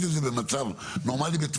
למצב נורמלי?